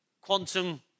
quantum